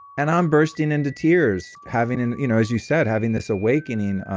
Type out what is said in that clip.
and i'm bursting into tears, having and you know as you said, having this awakening,